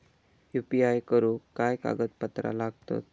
UPI करुक काय कागदपत्रा लागतत?